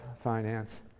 finance